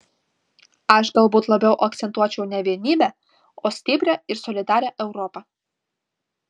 aš galbūt labiau akcentuočiau ne vienybę o stiprią ir solidarią europą